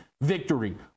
victory